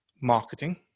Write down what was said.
marketing